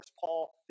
Paul